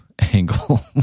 angle